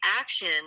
action